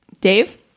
Dave